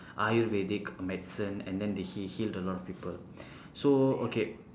ayurvedic medicine and then he healed a lot of people so okay